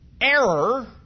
error